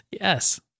yes